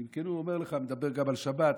אני אומר לך שאני מדבר גם על שבת,